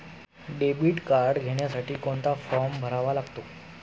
Debit card घेण्यासाठी कोणता form भरावा लागतो?